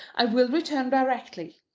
i will return directly.